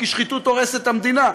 כי שחיתות הורסת את המדינה.